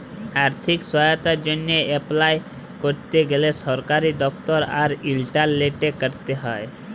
আথ্থিক সহায়তার জ্যনহে এপলাই ক্যরতে গ্যালে সরকারি দপ্তর আর ইলটারলেটে ক্যরতে হ্যয়